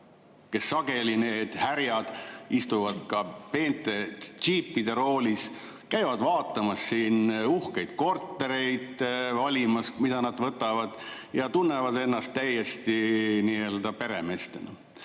kes sageli istuvad ka peente džiipide roolis, käivad vaatamas uhkeid kortereid, valimas, mida nad võtavad, ja tunnevad ennast täiesti peremeestena.